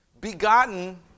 Begotten